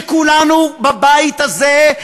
וכולנו בבית הזה,